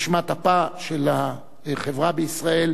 נשמת אפה של החברה בישראל,